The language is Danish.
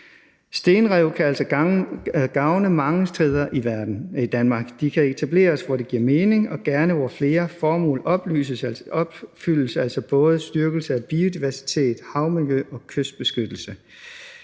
Stenrev kan altså gavne mange steder i Danmark. De kan etableres, hvor det giver mening, og gerne, hvor flere formål opfyldes, altså både styrkelse af biodiversitet, havmiljø og kystbeskyttelse.